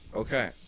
Okay